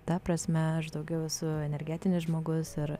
ta prasme aš daugiau esu energetinis žmogus ir